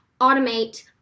automate